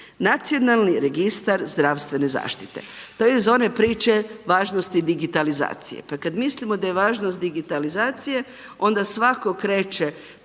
nacionalni registar zdravstvene zaštitite. To je iz one priče važnosti digitalizacije. Pa kad mislimo da je važnost digitalizacije, onda svatko kreće